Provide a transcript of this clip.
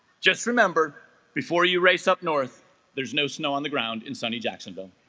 just remember before you race up north there's no snow on the ground in sunny jacksonville